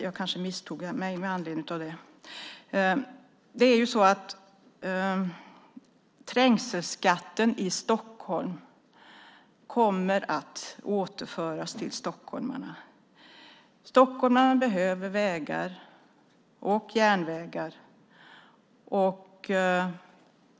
Jag kanske misstog mig. Trängselskatten i Stockholm kommer att återföras till stockholmarna. Stockholmarna behöver vägar och järnvägar.